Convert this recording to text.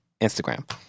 Instagram